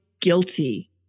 guilty